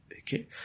Okay